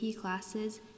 classes